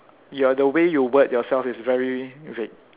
ya the way you word yourself is very vague